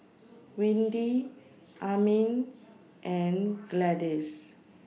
Windy Amin and Gladyce